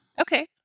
Okay